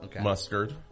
mustard